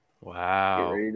Wow